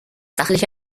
sachliche